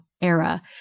era